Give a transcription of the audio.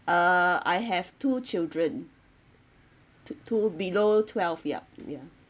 uh I have two children two two below twelve yup ya